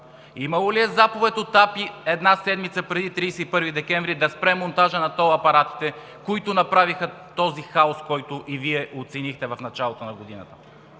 Имало ли е заповед от АПИ една седмица преди 31 декември 2018 г. да спре монтажа на тол апаратите, които направиха този хаос, който и Вие оценихте в началото на годината?